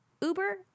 Uber